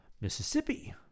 Mississippi